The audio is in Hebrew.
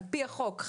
לפי החוק,